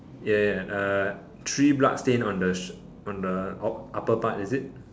ya ya uh three blood stain on the sh~ on the upper part is it